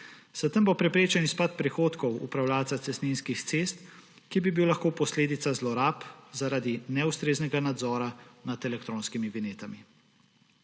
S tem bo preprečen izpad prihodkov upravljavca cestninskih cest, ki bi bil lahko posledica zlorab zaradi neustreznega nadzora nad elektronskimi vinjetami.